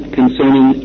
concerning